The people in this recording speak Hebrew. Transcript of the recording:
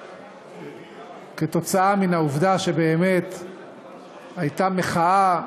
כתוצאה מן העובדה שבאמת הייתה מחאה,